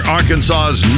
Arkansas's